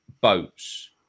boats